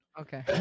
Okay